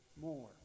more